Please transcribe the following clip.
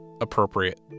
appropriate